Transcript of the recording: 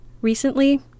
Recently